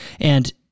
And-